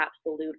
absolute